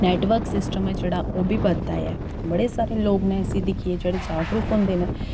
network system ऐ जेह्ड़ा ओह् बी बधदा ऐ बड़े सारे लोक न इसी दिक्खियै जेह्ड़े जागरूक होंदे न